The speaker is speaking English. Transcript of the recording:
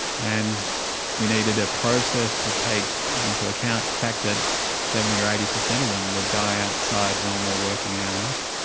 and we needed a process to take into account the fact that seventy percent or eighty percent of them would die outside normal working hours